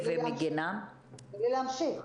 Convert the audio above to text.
ועכשיו אגיע למקרים, ואני רוצה לשתף.